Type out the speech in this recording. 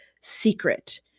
secret